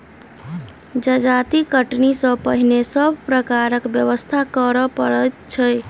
जजाति कटनी सॅ पहिने सभ प्रकारक व्यवस्था करय पड़ैत छै